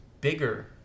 bigger